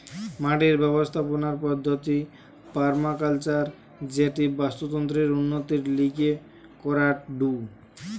মাটির ব্যবস্থাপনার পদ্ধতির পার্মাকালচার যেটি বাস্তুতন্ত্রের উন্নতির লিগে করাঢু